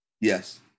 Yes